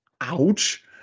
Ouch